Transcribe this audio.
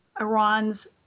Iran's